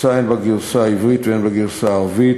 יצאה הן בגרסה העברית והן בגרסה הערבית